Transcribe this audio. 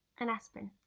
an aspirin.